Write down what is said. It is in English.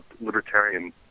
libertarian